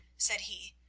said he,